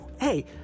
Hey